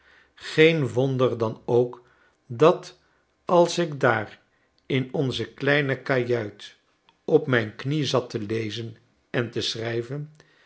geen wonder dan ook dat als ik daar in onze kleine kajuit op mijn knie zat te lezen en te schrijven